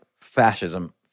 fascism